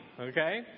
okay